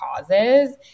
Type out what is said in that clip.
causes